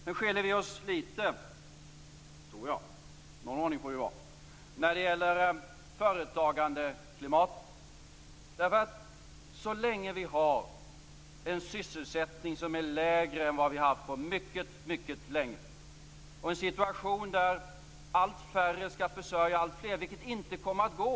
Vi skiljer oss åt litet, tror jag - någon ordning får det vara - när det gäller företagandeklimatet. Så länge vi har en sysselsättning som är lägre än på mycket länge och en situation där allt färre skall försörja alltfler är företagandeklimatet inte tillräckligt bra.